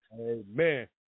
Amen